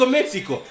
Mexico